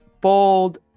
bold